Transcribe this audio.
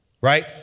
right